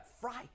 Fry